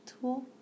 tool